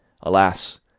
Alas